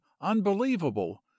unbelievable